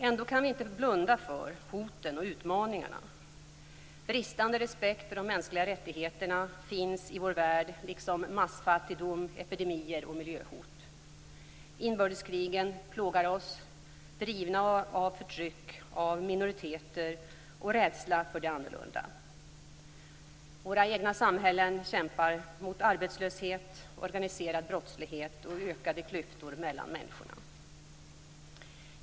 Ändå kan vi inte blunda för hoten och utmaningarna. Bristande respekt för de mänskliga rättigheterna finns i vår värld, liksom massfattigdom, epidemier och miljöhot. Inbördeskrigen plågar oss, drivna av förtryck av minoriteter och rädsla för det annorlunda. Våra egna samhällen kämpar mot arbetslöshet, organiserad brottslighet och ökade klyftor mellan människor.